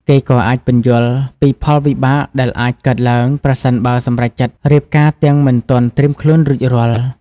គេក៏អាចពន្យល់ពីផលវិបាកដែលអាចកើតឡើង ប្រសិនបើសម្រេចចិត្តរៀបការទាំងមិនទាន់ត្រៀមខ្លួនរួចរាល់ ។